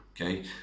okay